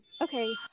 okay